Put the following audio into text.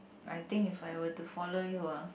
I think if I were to follow you ah